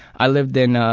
i lived in ah